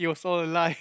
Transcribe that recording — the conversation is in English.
for like